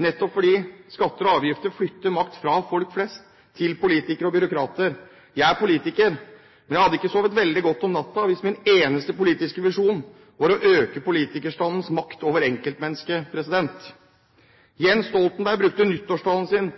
nettopp fordi skatter og avgifter flytter makt fra folk flest til politikere og byråkrater. Jeg er politiker, men jeg hadde ikke sovet veldig godt om natten hvis min eneste politiske visjon var å øke politikerstandens makt over enkeltmennesket. Jens Stoltenberg brukte nyttårstalen sin